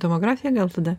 tomografija gal tada